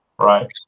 right